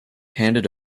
handed